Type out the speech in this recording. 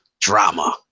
drama